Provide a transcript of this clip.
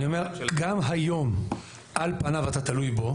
אני אומר - גם היום על פניו אתה תלוי בו.